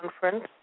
conference